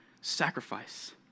sacrifice